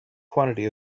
quantity